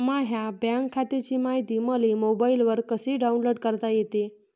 माह्या बँक खात्याची मायती मले मोबाईलवर कसी डाऊनलोड करता येते?